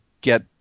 get